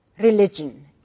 religion